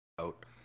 out